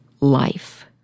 life